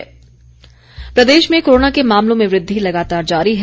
Himachal corona Pradesh में corona के मामलों में वृद्धि लगातार जारी है